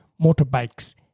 motorbikes